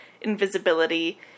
invisibility